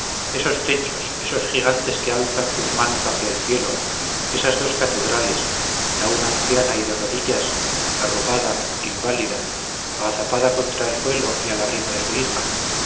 esos techos esos gigantes que alzan sus manos hacia el cielo esas dos catedrales la una anciana y de rodillas arrugada inválida agazapada contra el suelo y al arrimo de su hija